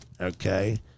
Okay